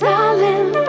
Darling